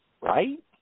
Right